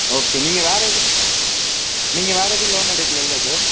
okay நீங்கள் வேறு எதுவும் நீங்கள் வேறு எதுவும் லோன் எடுக்கலைல்ல சார்